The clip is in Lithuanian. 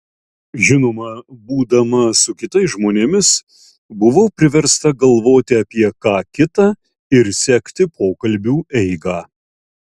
žinoma būdama su kitais žmonėmis buvau priversta galvoti apie ką kita ir sekti pokalbių eigą